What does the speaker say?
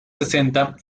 sesenta